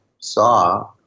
saw